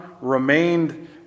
remained